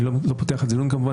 אני לא פותח את הדיון כמובן,